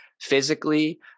physically